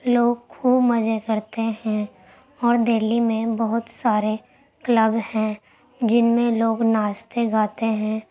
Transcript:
لوگ خوب مزے کرتے ہیں اور دلی میں بہت سارے کلب ہیں جن میں لوگ ناچتے گاتے ہیں